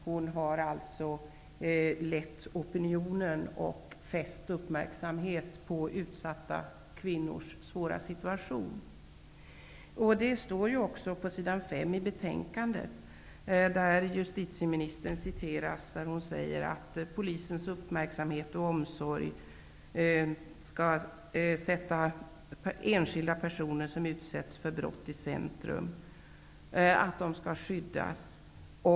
Hon har alltså lett opinionen och fäst uppmärksamhet på utsatta kvinnors svåra situation. Det står på s. 5 i betänkandet, där justitieministern återges, att enskilda personer som utsätts för brott skall sättas i centrum för polisens uppmärksamhet och att de skall skyddas.